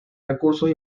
recursos